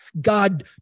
God